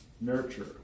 nurture